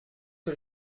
que